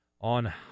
on